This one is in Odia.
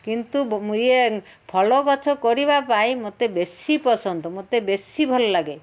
କିନ୍ତୁ ଇଏ ଫଳ ଗଛ କରିବା ପାଇଁ ମୋତେ ବେଶୀ ପସନ୍ଦ ମୋତେ ବେଶୀ ଭଲ ଲାଗେ